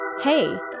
Hey